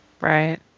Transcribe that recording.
Right